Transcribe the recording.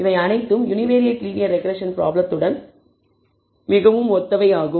இவை அனைத்தும் univariate linear regression ப்ராப்ளத்துடன் மிகவும் ஒத்தவை ஆகும்